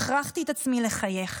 הכרחתי את עצמי לחייך,